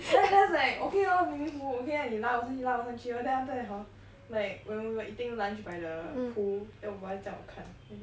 then I just like okay lor maybe 扶我 okay lah 你拉我上去拉我上去 lor then after that hor like when we were eating lunch by the pool then 我爸爸叫我看